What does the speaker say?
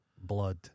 blood